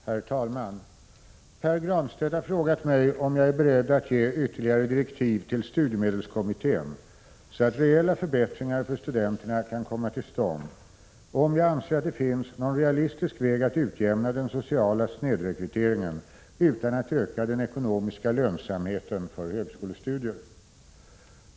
Herr talman! Pär Granstedt har frågat mig om jag är beredd att ge ytterligare direktiv till studiemedelskommittén så att reella förbättringar för studenterna kan komma till stånd och om jag anser att det finns någon realistisk väg att utjämna den sociala snedrekryteringen utan att öka den ekonomiska lönsamheten för högskolestudier.